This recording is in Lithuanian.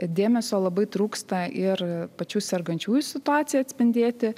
dėmesio labai trūksta ir pačių sergančiųjų situaciją atspindėti